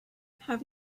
have